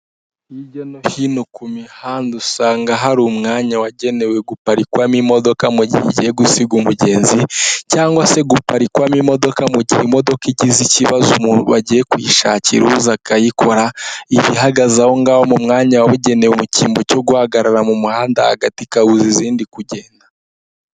Hirya no hino ku mihanda usanga hari umwanya wagenewe guparikwamo imodoka mu gihegiye gusiga umugenzi, cyangwa se guparikwamo imodoka mu gihe imodoka igeze ikibazo umuntu bagiye kuyishakira ubuza akayikora, ibihagaze aho ngaho mu mwanya wabugenewe mu cyimbo cyo guhagarara mu muhanda hagati ikawuza izindi kugenda.